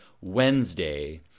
Wednesday